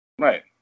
Right